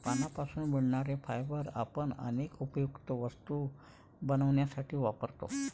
पानांपासून मिळणारे फायबर आपण अनेक उपयुक्त वस्तू बनवण्यासाठी वापरतो